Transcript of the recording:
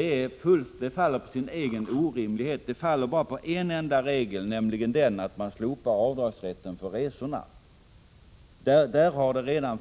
nya systemet. Det faller på sin egen orimlighet. Det faller redan av det skälet att man slopar rätten till avdrag för resor.